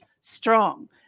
strong